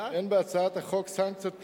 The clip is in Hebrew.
אין בהצעת החוק סנקציות פליליות,